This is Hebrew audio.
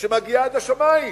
שמגיעה עד השמים: